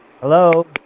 Hello